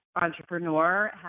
entrepreneur